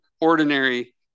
ordinary